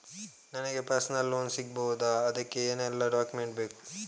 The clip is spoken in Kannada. ನನಗೆ ಪರ್ಸನಲ್ ಲೋನ್ ಸಿಗಬಹುದ ಅದಕ್ಕೆ ಏನೆಲ್ಲ ಡಾಕ್ಯುಮೆಂಟ್ ಬೇಕು?